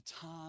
time